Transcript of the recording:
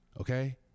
okay